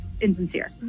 insincere